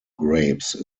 grapes